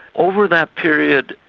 over that period,